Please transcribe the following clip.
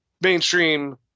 mainstream